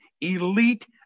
elite